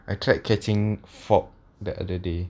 I tried catching fog the other day